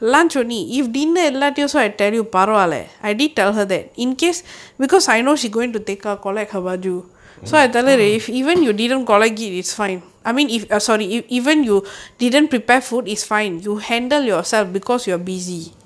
mm